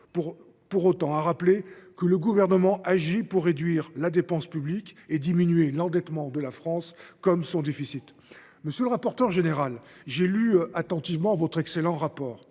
je tiens à rappeler que le Gouvernement agit pour réduire la dépense publique et diminuer l’endettement de la France comme son déficit. Il agit timidement ! Monsieur le rapporteur général, j’ai lu attentivement votre excellent rapport,